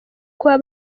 kuba